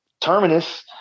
Terminus